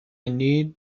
need